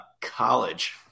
college